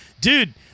Dude